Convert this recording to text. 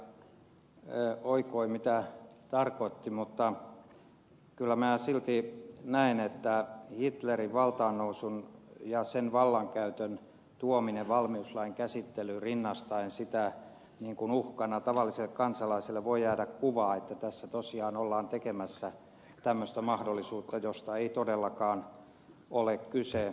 söderman täällä oikoi mitä tarkoitti mutta kyllä minä silti näen että hitlerin valtaannousun ja sen vallankäytön tuomisesta valmiuslain käsittelyyn rinnastaen sitä uhkana tavallisille kansalaisille voi jäädä kuva että tässä tosiaan ollaan tekemässä tällaista mahdollisuutta josta ei todellakaan ole kyse